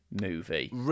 movie